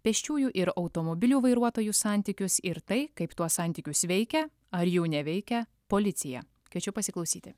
pėsčiųjų ir automobilių vairuotojų santykius ir tai kaip tuos santykius veikia ar jų neveikia policija kviečiu pasiklausyti